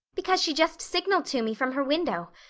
because she just signaled to me from her window.